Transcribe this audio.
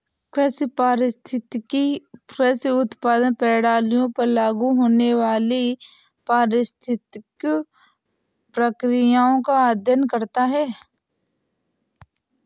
कृषि पारिस्थितिकी कृषि उत्पादन प्रणालियों पर लागू होने वाली पारिस्थितिक प्रक्रियाओं का अध्ययन करता है